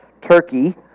Turkey